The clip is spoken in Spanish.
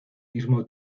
mismo